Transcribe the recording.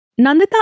Nandita